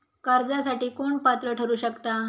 कर्जासाठी कोण पात्र ठरु शकता?